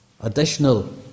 additional